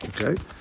Okay